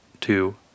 two